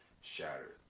shattered